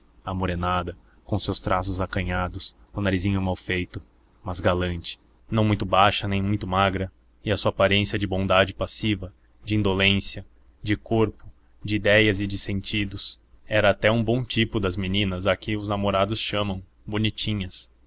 feia amorenada com os seus traços acanhados o narizinho malfeito mas galante não muito baixa nem muito magra e a sua aparência de bondade passiva de indolência de corpo de idéia e de sentidos era até um bom tipo das meninas a que os namorados chamam bonitinhas